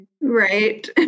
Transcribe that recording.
Right